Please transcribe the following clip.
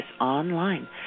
online